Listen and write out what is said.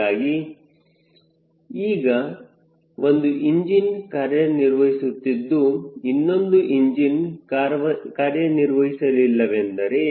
ಹೀಗಾಗಿ ಈಗ ಒಂದು ಇಂಜಿನ್ ಕಾರ್ಯನಿರ್ವಹಿಸುತ್ತಿದ್ದು ಇನ್ನೊಂದು ಇಂಜಿನ್ ಕಾರ್ಯನಿರ್ವಹಿಸಲಿಲ್ಲವೆಂದರೆ